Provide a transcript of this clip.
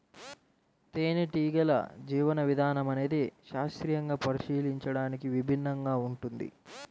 తేనెటీగల జీవన విధానం అనేది శాస్త్రీయంగా పరిశీలించడానికి విభిన్నంగా ఉంటుంది